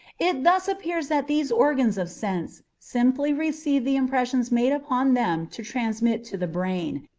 it thus appears that these organs of sense simply receive the impressions made upon them to transmit to the brain,